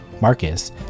Marcus